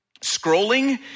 scrolling